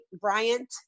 Bryant